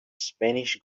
spanish